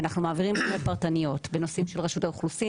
ואנחנו מעבירים שיחות פרטניות נושאים של רשות האוכלוסין.